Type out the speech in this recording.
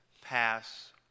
pass